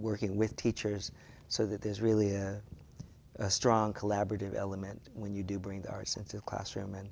working with teachers so that there's really a strong collaborative element when you do bring our sense of classroom and